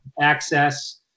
access